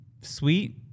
sweet